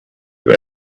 were